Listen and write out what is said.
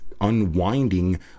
unwinding